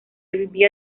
vivía